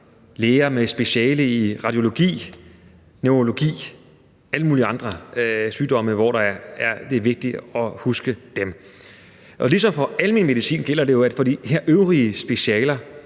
læger med speciale i radiologi, neurologi og alle mulige andre sygdomme, som det er vigtigt at huske. Kl. 13:02 Ligesom for almen medicin gælder det jo, at de her øvrige specialer